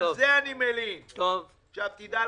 מי זה הם?